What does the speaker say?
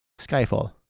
Skyfall